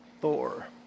Thor